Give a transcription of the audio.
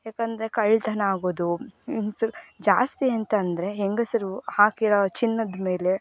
ಯಾಕಂದರೆ ಕಳ್ಳತನ ಆಗೋದು ಮೀನ್ಸ್ ಜಾಸ್ತಿ ಎಂತ ಅಂದರೆ ಹೆಂಗಸರು ಹಾಕಿರೋ ಚಿನ್ನದ ಮೇಲೆ